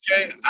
Okay